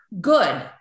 good